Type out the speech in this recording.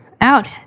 out